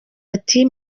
ati